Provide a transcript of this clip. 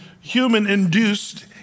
human-induced